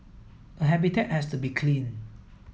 a habitat has to be clean